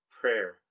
prayer